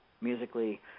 musically